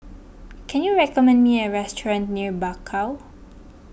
can you recommend me a restaurant near Bakau